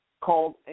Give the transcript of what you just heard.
called